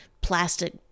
plastic